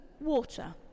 water